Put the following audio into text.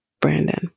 Brandon